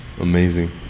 Amazing